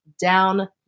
down